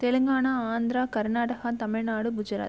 Telangana Andhra Karnataka Tamil Nadu Gujarat